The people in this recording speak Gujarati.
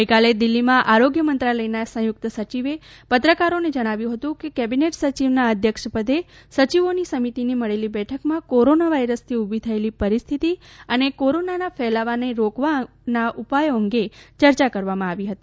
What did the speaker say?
ગઈકાલે દિલ્હીમાં આરોગ્ય મંત્રાલયના સંયુક્ત સચિવે પત્રકારોને જણાવ્યું હતું કે કેબિનેટ સચિવના અધ્યક્ષ પદે સચિવોની સમિતિની મળેલી બેઠકમાં કોરોના વાયરસથી ઊભી થયેલી પરિસ્થિતિ અને કોરોનાના ફેલાવવાના રોકવાના ઉપાયો અંગે ચર્ચા કરવામાં આવી હતી